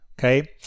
Okay